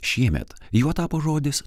šiemet juo tapo žodis